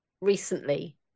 recently